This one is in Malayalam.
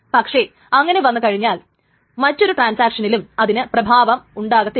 പക്ഷേ അങ്ങനെ വന്നു കഴിഞ്ഞാൽ മറ്റൊരു ട്രാൻസാക്ഷനിലും അതിന് പ്രഭാവം ഉണ്ടാകത്തില്ല